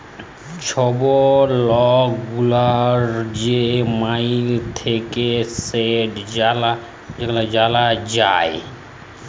ছব লক গুলার যে মাইলে থ্যাকে সেট জালা যায়